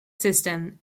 system